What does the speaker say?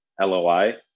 loi